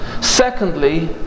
secondly